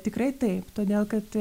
tikrai taip todėl kad